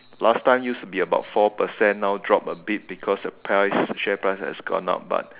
last time used to be about four percent now drop a bit because the price share price has gone up but